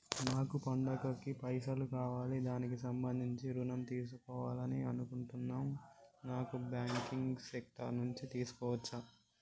నాకు పండగ కి పైసలు కావాలి దానికి సంబంధించి ఋణం తీసుకోవాలని అనుకుంటున్నం నాన్ బ్యాంకింగ్ సెక్టార్ నుంచి తీసుకోవచ్చా?